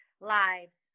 lives